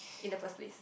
in the first place